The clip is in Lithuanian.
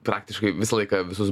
praktiškai visą laiką visus